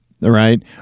right